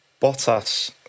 Bottas